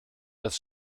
das